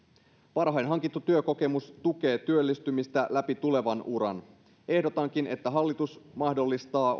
varhain hankittu työkokemus tukee työllistymistä läpi tulevan uran ehdotankin että hallitus mahdollistaa